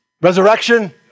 resurrection